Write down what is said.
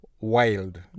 wild